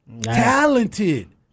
Talented